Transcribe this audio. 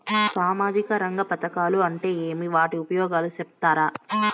సామాజిక రంగ పథకాలు అంటే ఏమి? వాటి ఉపయోగాలు సెప్తారా?